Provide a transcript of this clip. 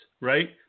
right